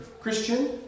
Christian